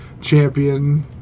champion